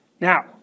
Now